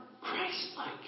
Christ-like